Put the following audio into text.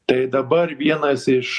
tai dabar vienas iš